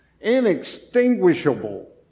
inextinguishable